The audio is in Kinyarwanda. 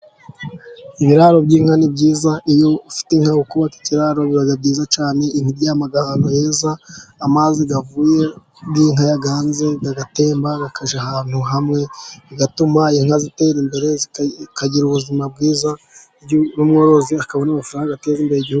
Ibiraro by'inka ni byiza. Iyo ufite inka ukubaka ikiraro biba byiza cyane, Inka iryama ahantu heza. Amazi avuye Aho inka yaganze agatemba akajya ahantu hamwe, bigatuma inka zitera imbere zikagira ubuzima bwiza, n'umworozi akabona amafaranga agatera imbere, igihugu...